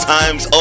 times